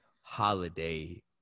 holiday